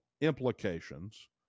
implications